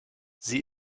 sie